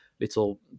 little